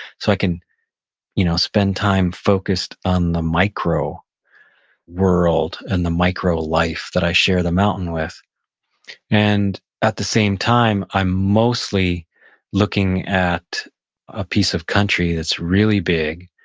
so i can you know spend time focused on the micro world and the micro life that i share the mountain with and at the same time, i'm mostly looking at a piece of country that's really big.